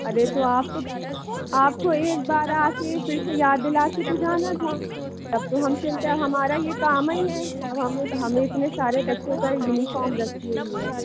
अरे तो आपको आपको एक बार आके फिर से याद दिलाके तो जाना था तब तो हम सिलते हमारा ये काम ही है अब हमें हम इतने सारे बच्चों का युनिफ़ार्म रखी हुई है